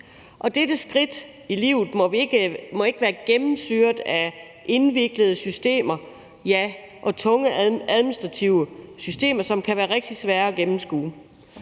og dette skridt i livet må ikke være gennemsyret af indviklede og tunge administrative systemer, som kan være rigtig svære at gennemskue.